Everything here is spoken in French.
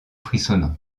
frissonnant